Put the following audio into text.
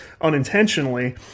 unintentionally